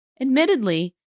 Admittedly